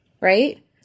right